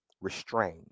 restrained